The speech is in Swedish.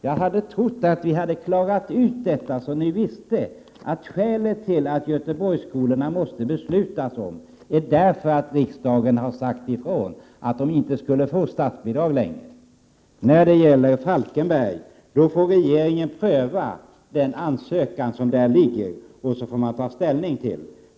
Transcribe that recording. Jag hade trott att vi klarat ut detta, så att ni visste att skälet till att vi måste fatta beslut om Göteborgsskolorna är att riksdagen sagt ifrån att dessa skolor inte skall få statsbidrag längre. När det gäller Falkenbergs konstskola får regeringen pröva ansökan och ta ställning till den.